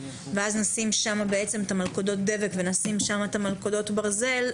ואז נשים שם בעצם את מלכודות הדבק ונשים שם את מלכודות הברזל,